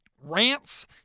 rants